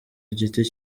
igiti